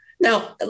Now